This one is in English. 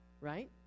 right